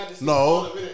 No